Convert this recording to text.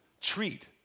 treat